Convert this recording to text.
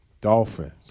Dolphins